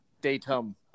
Datum